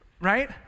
right